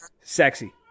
sexy